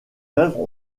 œuvres